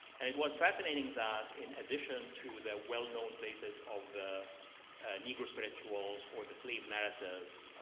and it was fascinating that in addition to the well-known places of the negro spirituals or the slave narratives,